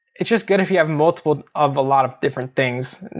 it's just good if you have multiple of a lot of different things.